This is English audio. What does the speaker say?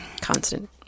constant